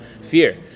fear